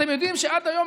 אתם יודעים שעד היום,